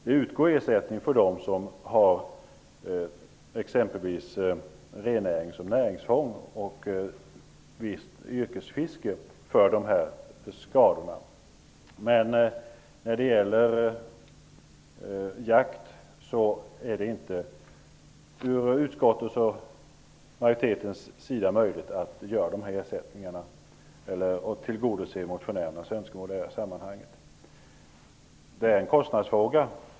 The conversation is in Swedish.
Det utgår ersättning för de här skadorna till dem som har exempelvis rennäring eller visst yrkesfiske som näringsform, men för jakt är det enligt utskottsmajoritetens mening inte möjligt att göra dessa ersättningar eller att tillgodose motionärernas önskemål. Det är en kostnadsfråga.